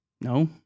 No